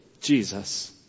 Jesus